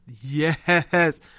yes